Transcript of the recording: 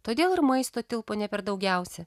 todėl ir maisto tilpo ne per daugiausia